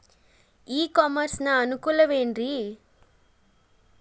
E commerce ನ ಅನುಕೂಲವೇನ್ರೇ?